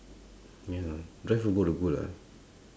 ya drive over the boat lah